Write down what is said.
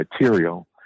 material